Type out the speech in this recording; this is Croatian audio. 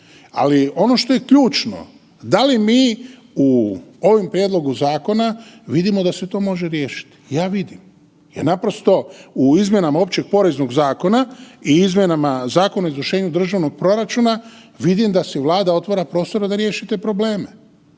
Ali ono što je ključno, da li mi u ovom prijedlogu zakona vidimo da se to može riješiti, ja vidim, ja naprosto u izmjenama Opće poreznog zakona i izmjenama Zakona o izvršenju državnog proračuna vidim da si Vlada otvara prostora da riješi te probleme.